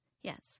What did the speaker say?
Yes